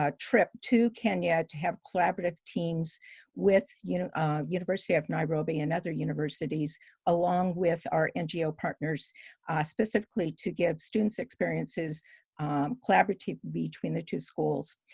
trip to kenya to have collaborative teams with you know ah university of nairobi and other universities along with our ngo partners ah specifically to give students experiences collaborative between the two schools.